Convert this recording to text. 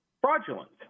fraudulent